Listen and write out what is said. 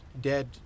dead